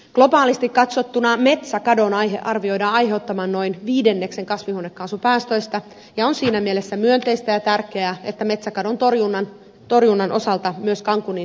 globaalisti katsottuna metsäkadon arvioidaan aiheuttavan noin viidenneksen kasvihuonekaasupäästöistä ja on siinä mielessä myönteistä ja tärkeää että metsäkadon torjunnan osalta myös cancunin ilmastokokouksessa edettiin